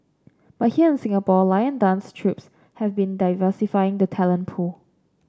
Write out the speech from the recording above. but here in Singapore lion dance trips have been diversifying the talent pool